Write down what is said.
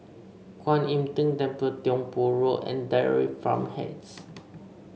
Kwan Im Tng Temple Tiong Poh Road and Dairy Farm Heights